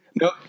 No